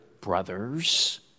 brothers